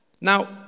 Now